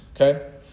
Okay